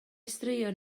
straeon